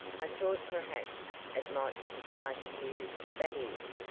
i thought perhaps it might be the party you that is,